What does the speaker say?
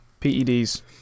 PEDs